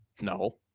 No